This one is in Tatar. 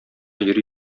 йөри